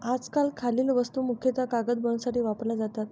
आजकाल खालील वस्तू मुख्यतः कागद बनवण्यासाठी वापरल्या जातात